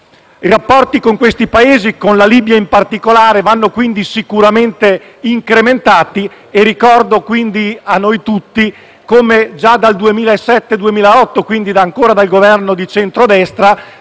I rapporti con questi Paesi - con la Libia, in particolare - vanno quindi sicuramente incrementati. Ricordo a noi tutti come già dal 2007-2008 (quindi con un Governo di centrodestra)